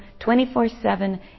24-7